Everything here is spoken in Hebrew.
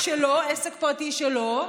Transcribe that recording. עסק פרטי שלו,